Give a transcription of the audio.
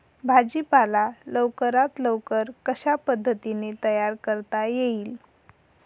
भाजी पाला लवकरात लवकर कशा पद्धतीने तयार करता येईल?